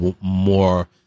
more